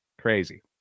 Crazy